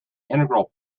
integral